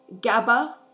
GABA